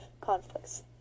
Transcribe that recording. conflicts